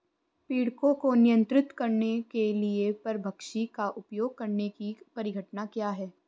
पीड़कों को नियंत्रित करने के लिए परभक्षी का उपयोग करने की परिघटना क्या है?